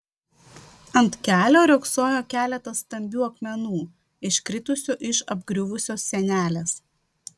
ant kelio riogsojo keletas stambių akmenų iškritusių iš apgriuvusios sienelės